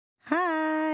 Hi